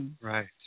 right